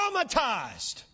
traumatized